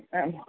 ஆ